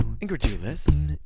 Incredulous